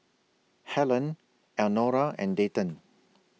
Hellen Elnora and Dayton